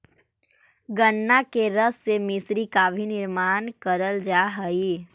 गन्ना के रस से मिश्री का भी निर्माण करल जा हई